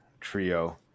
trio